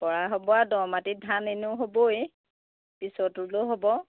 পৰা হ'বই আৰু দ মাটিত ধান এনেও হ'বই পিছত ৰুলেও হ'ব